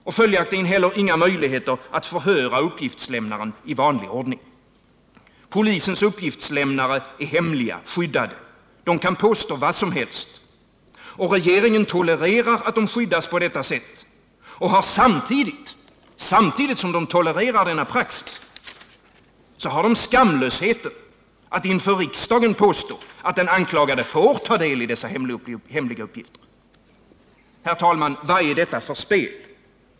Följaktligen finns det heller inga möjligheter att förhöra uppgiftslämnare i vanlig ordning. Polisens uppgiftslämnare är hemliga, skyddade. De kan påstå vad som helst. Regeringen tolererar att de skyddas på detta sätt och har samtidigt som den tolererar denna praxis skamlösheten att inför riksdagen påstå att den anklagade får ta del av dessa hemliga uppgifter. Herr talman! Vad är detta för spel?